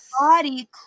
body